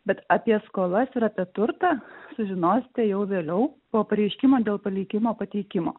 bet apie skolas ir apie turtą sužinosite jau vėliau pareiškimą dėl palikimo pateikimo